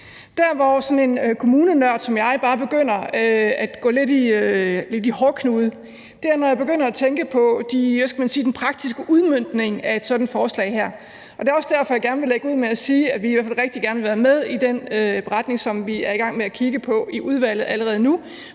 Der, hvor sådan en kommunenørd som jeg bare begynder at gå lidt i hårdknude, er, når jeg begynder at tænke på den praktiske udmøntning af sådan et forslag her. Og det er også derfor, jeg gerne vil lægge ud med at sige, at vi i hvert fald rigtig gerne vil være med i den beretning, som vi er i gang med at kigge på i udvalget allerede nu.